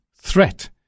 threat